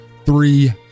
Three